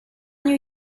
new